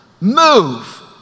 move